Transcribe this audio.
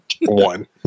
One